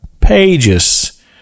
pages